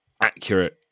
accurate